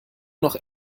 noch